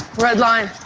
red line,